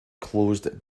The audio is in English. closed